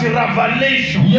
revelation